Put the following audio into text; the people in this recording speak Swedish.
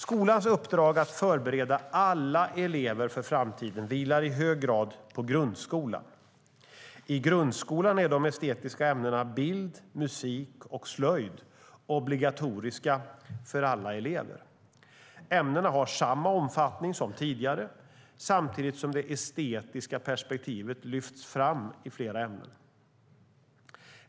Skolans uppdrag att förbereda alla elever för framtiden vilar i hög grad på grundskolan. I grundskolan är de estetiska ämnena bild, musik och slöjd obligatoriska för alla elever. Ämnena har samma omfattning som tidigare, samtidigt som det estetiska perspektivet lyfts fram i flera ämnen.